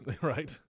right